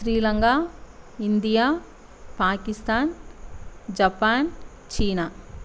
Sri Lanka India Pakistan Japan China